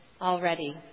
already